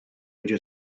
idzie